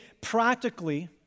practically